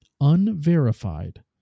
Unverified